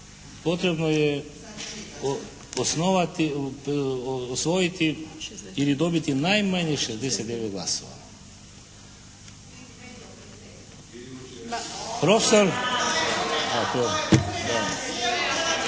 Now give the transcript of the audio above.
potrebno je osnovati, osvojiti ili dobiti najmanje 69 glasova. …/Upadica